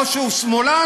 או שהוא שמאלן,